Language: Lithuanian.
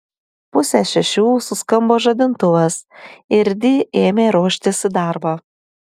pusę šešių suskambo žadintuvas ir di ėmė ruoštis į darbą